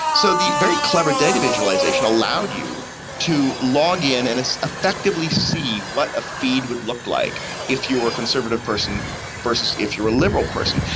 so the very clever data visualisation allowed you to login and effectively see what feed would look like if you were a conservative person versus if you were a liberal person.